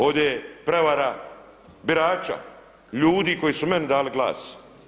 Ovdje je prevara birača, ljudi koji su meni dali glas.